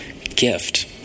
gift